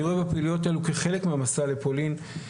אני רואה בפעילויות אלו כחלק מהמסע לפולין,